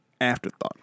afterthought